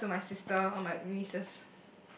pass to my sister or my nieces